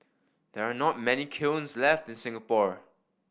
there are not many kilns left in Singapore